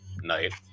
night